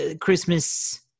Christmas